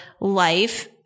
life